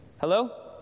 hello